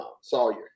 Sawyer